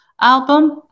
album